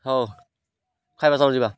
ହଉ ଖାଇବା ଚାଲ ଯିବା